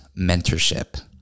mentorship